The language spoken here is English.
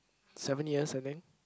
seven years I think